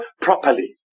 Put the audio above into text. properly